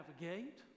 navigate